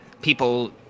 people